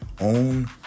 Own